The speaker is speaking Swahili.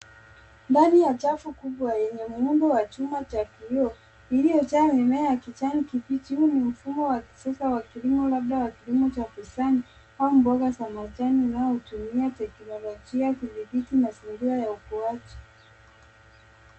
Ndani ya chafu kubwa yenye muundo wa chuma cha kioo iliyojaa mimea ya kijani kibichi. Huu ni mfumo wa kisasa labda wa kilimo wa bustani au mboga za majani inayotumia teknolojia, vizingiti na mazingira ukuaji.